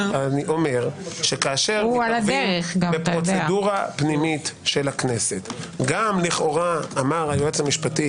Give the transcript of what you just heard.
שכאשר בפרוצדורה פנימית גם אמר היועץ המשפטי